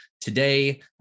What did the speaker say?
today